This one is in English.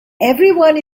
everyone